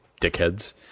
dickheads